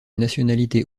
nationalité